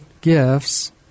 gifts